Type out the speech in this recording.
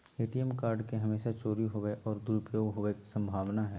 ATM card के हमेशा चोरी होवय और दुरुपयोग होवेय के संभावना हइ